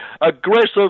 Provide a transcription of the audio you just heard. aggressive